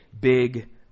big